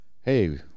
hey